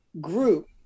group